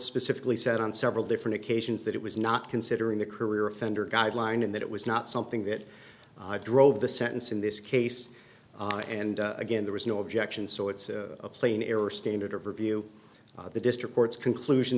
specifically said on several different occasions that it was not considering the career offender guideline and that it was not something that drove the sentence in this case and again there was no objection so it's a plain error standard of review the district court's conclusion